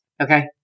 Okay